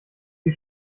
die